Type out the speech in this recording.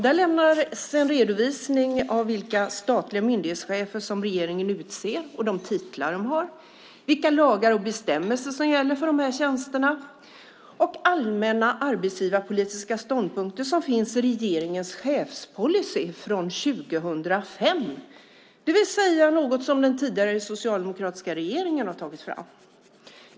Där lämnas en redovisning av vilka statliga myndighetschefer som regeringen utser och de titlar de har, vilka lagar och bestämmelser som gäller för dessa tjänster och allmänna arbetsgivarpolitiska ståndpunkter som finns i regeringens chefspolicy från 2005, det vill säga något som den tidigare socialdemokratiska regeringen har tagit fram.